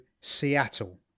Seattle